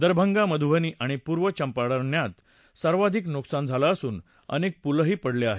दरभंगा मधूबनी आणि पूर्व चंपारण्यात सर्वाधिक नुकसान झालं असून अनेक पूलही पडली आहेत